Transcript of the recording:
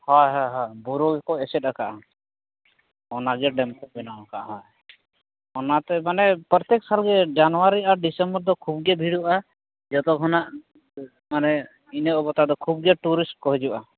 ᱦᱳᱭ ᱦᱳᱭ ᱦᱳᱭ ᱵᱩᱨᱩᱜᱮᱠᱚ ᱥᱮᱫ ᱟᱠᱟᱫᱟ ᱚᱱᱟᱜᱮ ᱰᱮᱢ ᱠᱚ ᱵᱮᱱᱟᱣ ᱟᱠᱟᱫᱼᱟ ᱚᱱᱟᱛᱮ ᱢᱟᱱᱮ ᱯᱚᱨᱛᱮᱠ ᱵᱚᱪᱷᱚᱨᱜᱮ ᱡᱟᱱᱩᱣᱟᱨᱤ ᱟᱨ ᱰᱤᱥᱮᱢᱵᱚᱨ ᱫᱚ ᱠᱷᱚᱵᱽᱜᱮ ᱵᱷᱤᱲᱩᱜᱼᱟ ᱡᱚᱛᱚ ᱠᱷᱚᱱᱟᱜ ᱢᱟᱱᱮ ᱤᱱᱟᱹ ᱴᱷᱤᱠᱜᱮᱭᱟ ᱴᱩᱨᱤᱥ ᱠᱚ ᱦᱤᱡᱩᱜᱼᱟ